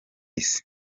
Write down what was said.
isi